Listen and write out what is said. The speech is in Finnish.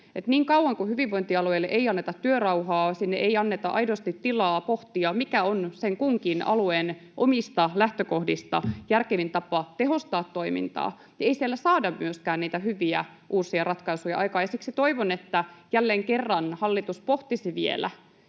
niin kauan kuin hyvinvointialueille ei anneta työrauhaa, sinne ei anneta aidosti tilaa pohtia, mikä on sen kunkin alueen omista lähtökohdista järkevin tapa tehostaa toimintaa, niin ei siellä saada myöskään niitä hyviä, uusia ratkaisuja aikaiseksi. Toivon, että jälleen kerran hallitus pohtisi vielä,